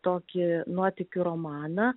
tokį nuotykių romaną